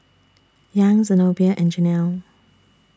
Young Zenobia and Jenelle